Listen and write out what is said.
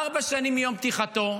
ארבע שנים מיום פתיחתו,